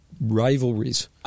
rivalries